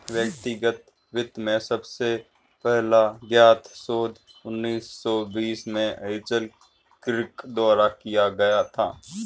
व्यक्तिगत वित्त में सबसे पहला ज्ञात शोध उन्नीस सौ बीस में हेज़ल किर्क द्वारा किया गया था